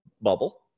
bubble